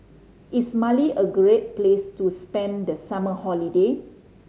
is Mali a great place to spend the summer holiday